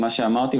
מה שאמרתי,